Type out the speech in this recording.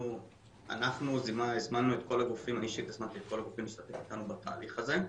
אנחנו הזמנו את כל הגופים להשתתף איתנו בתהליך הזה.